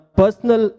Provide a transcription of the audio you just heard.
personal